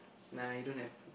nah you don't have to